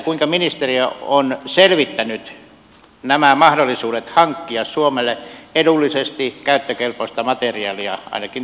kuinka ministeriö on selvittänyt nämä mahdollisuudet hankkia suomelle edullisesti käyttökelpoista materiaalia ainakin tähän väliaikaan